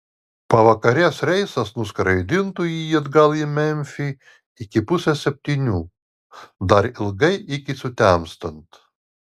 pavakarės reisas nuskraidintų jį atgal į memfį iki pusės septynių dar ilgai iki sutemstant